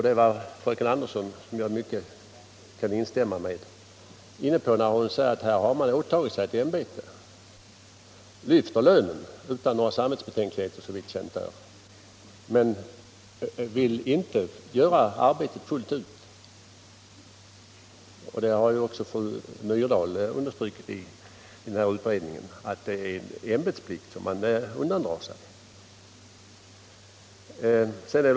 Det var fröken Andersson, som jag i mycket kan instämma med, inne på när hon sade att här har man åtagit sig ett ämbete och lyfter lönen utan några samvetsbetänkligheter, såvitt känt är, men vill inte göra arbetet fullt ut. Det har ju också fru Myrdal understrukit i utredningen, att det är en ämbetsplikt som man undandrar sig.